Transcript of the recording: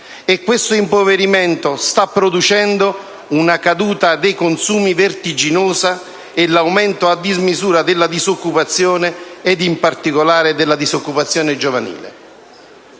e questo impoverimento sta producendo una caduta dei consumi vertiginosa e l'aumento a dismisura della disoccupazione, in particolare di quella giovanile.